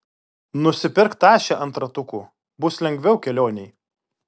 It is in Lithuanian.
nusipirk tašę ant ratukų bus lengviau kelionėj